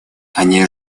они